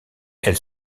elle